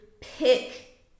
pick